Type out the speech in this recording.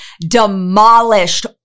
demolished